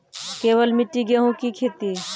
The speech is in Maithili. केवल मिट्टी गेहूँ की खेती?